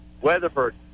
Weatherford